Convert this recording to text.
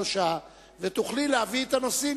שלושה שבועות, ותוכלי להביא את הנושאים.